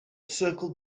circled